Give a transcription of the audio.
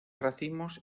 racimos